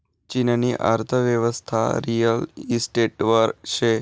चीननी अर्थयेवस्था रिअल इशटेटवर शे